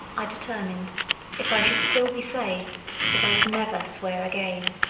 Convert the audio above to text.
i determined if i should still be saved that i would never swear again.